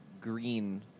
green